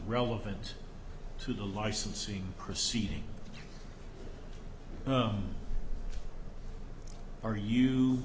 relevant to the licensing proceeding are you